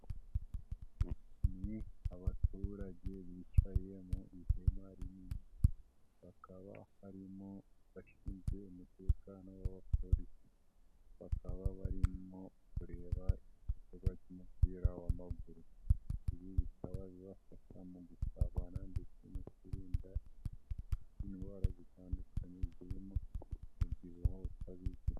Ni abaturage bicaye mu ihema rinini bakaba harimo abashinzwe umutekano w'abapolisi bakaba barimo kureba igikorwaga cy'umupira w'amaguru ibi bikaba bizafasha mu gusabana ndetse no kwirinda indwara zitandukanye zirimo umubyibuho utabizi.